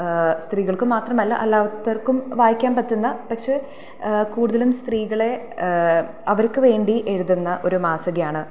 സ്ത്രീകൾക്ക് മാത്രമല്ല അല്ലാത്തർക്കും വായിക്കാൻ പറ്റുന്ന പക്ഷെ കൂടുതലും സ്ത്രീകളെ അവർക്ക് വേണ്ടി എഴുതുന്ന ഒരു മാസികയാണ്